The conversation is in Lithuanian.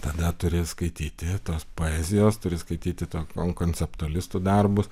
tada turi skaityti tos poezijos turi skaityti to konceptualius darbus